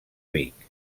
vic